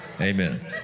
Amen